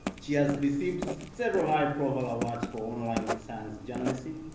she has received several high-profile awards for online science journalism